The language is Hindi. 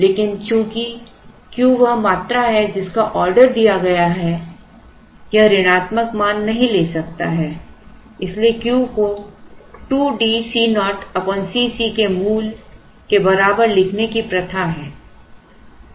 लेकिन चूँकि Q वह मात्रा है जिसका ऑर्डर दिया गया है यह ऋणात्मक मान नहीं ले सकता है इसलिए Q को 2DCo Cc के मूल के बराबर लिखने की प्रथा है